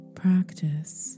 practice